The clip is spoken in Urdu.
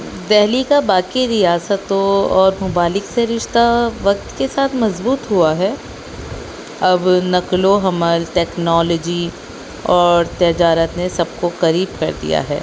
دلی کا باقی ریاستوں اور ممالک سے رشتہ وقت کے ساتھ مضبوط ہوا ہے اب نقل و حمل ٹیکنالوجی اور تجارت نے سب کو قریب کر دیا ہے